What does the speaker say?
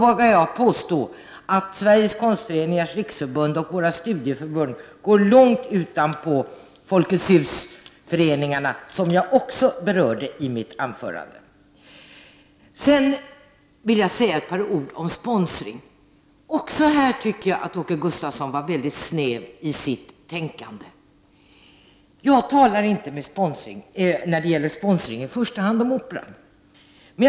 Men jag vågar påstå att Sveriges konstföreningars riksförbund och våra studieförbund som folkrörelser, i kultursammanhang, går långt utanpå Folkets hus-föreningarna som jag också berörde i mitt anförande. Jag vill också säga några ord om sponsring. Även här tyckte jag att Åke Gustavsson var mycket snäv i sitt tänkande. När det gäller sponsring talade jag inte i första hand om Operan.